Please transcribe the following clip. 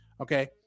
okay